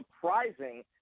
surprising